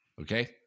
Okay